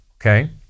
okay